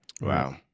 Wow